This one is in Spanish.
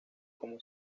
como